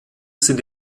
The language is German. sind